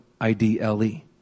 I-D-L-E